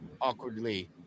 Awkwardly